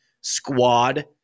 squad